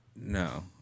No